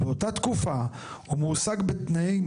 באותה תקופה הוא מועסק בתנאים